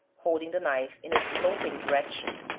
holding the knife in a sloping direction,